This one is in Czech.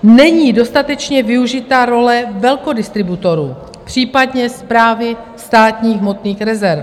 Není dostatečně využita role velkodistributorů, případně správy státních hmotných rezerv.